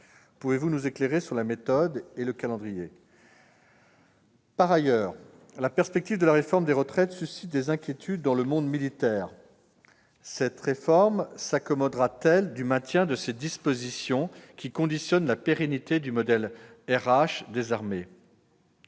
Pouvez-vous nous éclairer au sujet de la méthode et du calendrier ? De plus, la perspective de la réforme des retraites suscite des inquiétudes dans le monde militaire. La réforme s'accommodera-t-elle du maintien de ces dispositions, qui mettent en jeu la pérennité du modèle de ressources